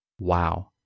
Wow